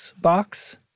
box